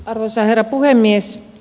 arvoisa herra puhemies